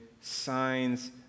signs